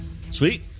Sweet